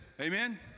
Amen